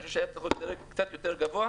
אני חושב שהיה צריך לבוא דרג קצת יותר גבוה,